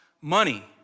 money